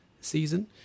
season